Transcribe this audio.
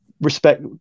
respect